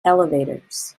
elevators